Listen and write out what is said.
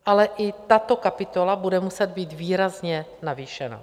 Ale i tato kapitola bude muset být výrazně navýšena.